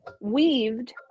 weaved